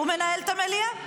הוא מנהל את המליאה.